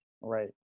Right